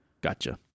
Gotcha